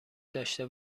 داشته